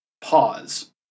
Pause